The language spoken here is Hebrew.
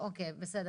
בסדר,